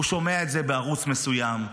הוא שומע את זה בערוץ מסוים,